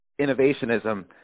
innovationism